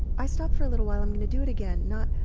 i stopped for a little while. i'm going to do it again. not,